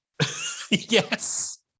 Yes